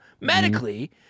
Medically